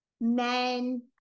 men